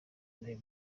n’ayo